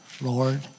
Lord